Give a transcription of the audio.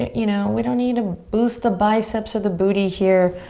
you know we don't need to boost the biceps of the booty here.